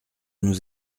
nous